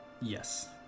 yes